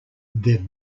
they’re